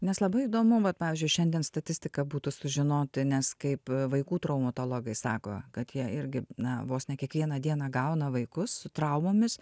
nes labai įdomu vat pavyzdžiui šiandien statistiką būtų sužinoti nes kaip vaikų traumatologai sako kad jie irgi na vos ne kiekvieną dieną gauna vaikus su traumomis